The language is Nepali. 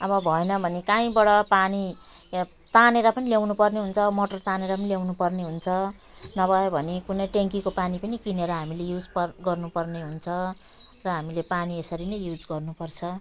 अब भएन भने काहीँबाट पानी यहाँ तानेर पनि ल्याउनु पर्ने हुन्छ मोटर तानेर ल्याउनु पर्ने हुन्छ नभए भने कुनै ट्याङ्कीको पानी पनि किनेर हामीले युज पर गर्नु पर्ने हुन्छ र हामीले पानी यसरी नै युज गर्नु पर्छ